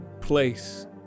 place